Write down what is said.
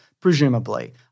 Presumably